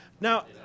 Now